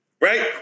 right